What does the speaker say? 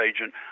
agent